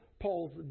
Paul's